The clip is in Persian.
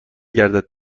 گردد